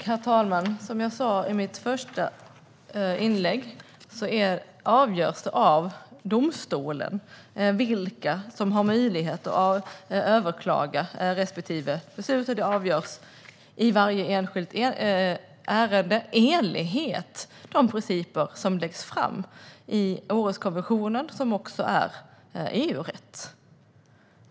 Herr talman! Som jag sa i mitt första inlägg avgörs det av domstolen vilka som har möjlighet att överklaga. Beslutet i varje enskilt ärende avgörs i enlighet med de principer som läggs fram i Århuskonventionen, som också är EU-rätt.